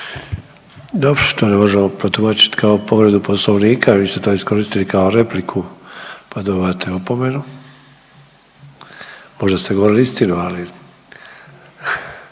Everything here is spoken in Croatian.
Dobro to ne možemo protumačiti kao povredu Poslovnika, vi ste to iskoristili kao repliku pa dobivate opomenu. Možda ste govorili istinu ali,